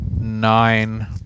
nine